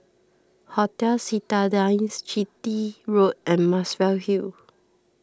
Hotel Citadines Chitty Road and Muswell Hill